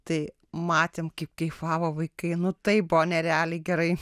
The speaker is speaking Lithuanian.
tai matėm kaip kaifavo vaikai nu taip buvo nerealiai gerai